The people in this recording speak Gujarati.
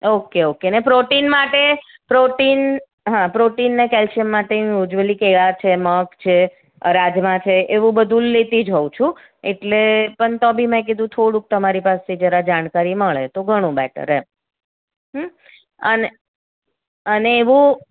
ઓકે ઓકે ને પ્રોટીન માટે પ્રોટીન હાં પ્રોટીન ને કેલ્શિયમ માટે યુઝવલી કેળા છે મગ છે રાજમા છે એવું બધું લેતી જ હોઉ છું એટલે પણ તો બી મેં કીધું થોડુંક તમારી પાસે જરા જાણકારી મળે તો ઘણું બેટર એમ હઁ અને અને એવું